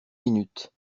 minutes